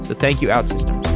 thank you, outsystems.